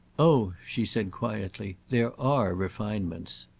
oh, she said quietly, there are refinements.